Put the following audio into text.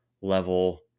level